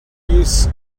use